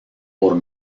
por